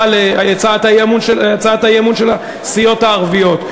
על הצעת האי-אמון של הסיעות הערביות.